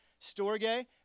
Storge